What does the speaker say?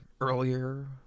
earlier